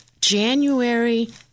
January